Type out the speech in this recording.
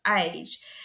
age